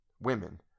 Women